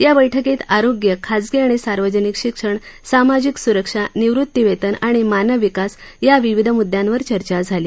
या बैठकीत आरोग्य खाजगी आणि सार्वजनिक शिक्षण सामाजिक सुरक्षा निवृत्तीवेतन आणि मानवविकास या विविध मुद्यांवर चर्चा झाली